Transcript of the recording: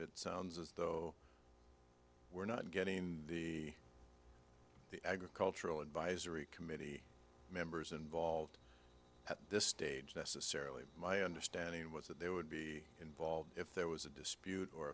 it sounds as though we're not getting the agricultural advisory committee members involved at this stage necessarily my understanding was that there would be involved if there was a dispute or